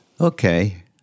Okay